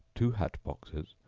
two hat-boxes,